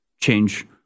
Change